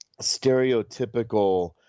stereotypical